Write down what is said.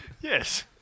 Yes